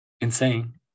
insane